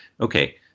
Okay